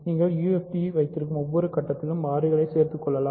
நீங்கள் UFD வைத்திருக்கும் ஒவ்வொரு கட்டத்திலும் மாறிகளைச் சேர்த்துக் கொள்ளலாம்